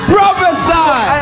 Prophesy